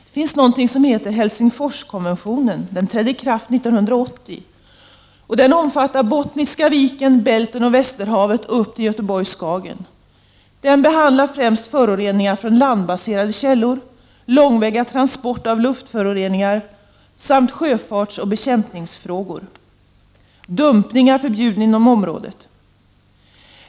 Det finns någonting som heter Helsingforskonventionen. Den trädde i kraft 1980, och den omfattar Bottniska viken, Bälten och Västerhavet upp till Göteborg-Skagern. Konventionen behandlar framför allt föroreningar från landbaserade källor, långväga transport av luftföroreningar samt sjöfartsoch bekämpningsfrågor. Dumpning är förbjuden inom området.